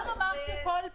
לא משהו רשמי.